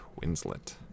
Winslet